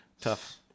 tough